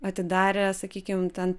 atidarė sakykim ten